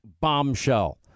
bombshell